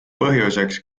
põhjuseks